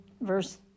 verse